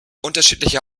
unterschiedlicher